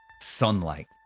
Sunlight